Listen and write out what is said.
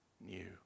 new